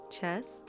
chest